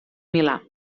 milà